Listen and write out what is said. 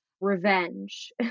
revenge